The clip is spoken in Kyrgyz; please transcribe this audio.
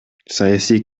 саясий